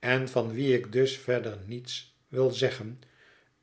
en van wien ik dus verder niets wil zeggen